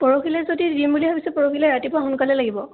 পৰহিলৈ যদি দিম বুলি ভাবিছে পৰহিলৈ ৰাতিপুৱা সোনকালে লাগিব